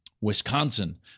Wisconsin